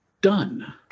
done